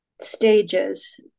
stages